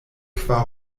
kvar